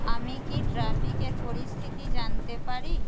আমি কি ট্রাফিকের পরিস্থিতি জানতে পারি